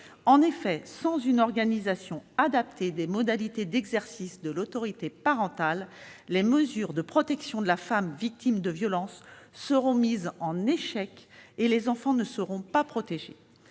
En effet, sans l'organisation adaptée des modalités d'exercice de l'autorité parentale, les mesures de protection de la femme victime de violences seront mises en échec et les enfants ne seront pas protégés.